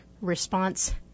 response